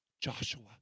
Joshua